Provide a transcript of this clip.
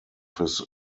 his